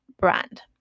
brand